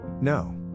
No